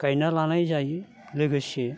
गायना लानाय जायो लोगोसे